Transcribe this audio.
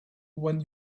when